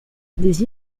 des